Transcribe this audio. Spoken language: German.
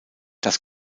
das